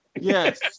Yes